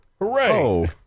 Hooray